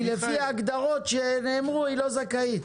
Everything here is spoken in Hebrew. -- כי לפי ההגדרות שנאמרו, היא לא זכאית.